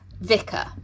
Vicar